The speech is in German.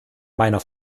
meiner